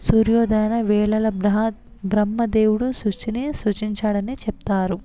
సూర్యోదయ వేళల బ్రహ బ్రహ్మదేవుడు సృష్టిని సృజించాడని చెప్తారు